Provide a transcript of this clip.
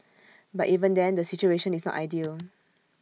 but even then the situation is not ideal